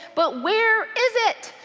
but where is it?